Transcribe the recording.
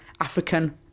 African